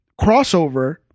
crossover